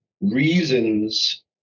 reasons